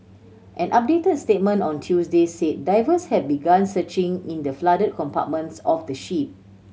an updated statement on Tuesday said divers have begun searching in the flooded compartments of the ship